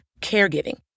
caregiving